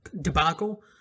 debacle